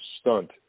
stunt